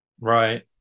Right